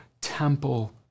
temple